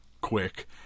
quick